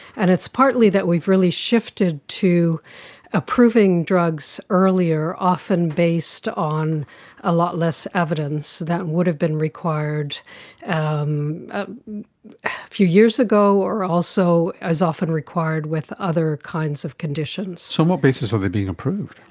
and it's partly that we've really shifted to approving drugs earlier, often based on a lot less evidence that would have been required um a few years ago or also as often required with other kinds of conditions. so on what basis are they being approved?